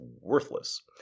worthless